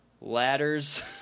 ladders